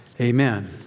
Amen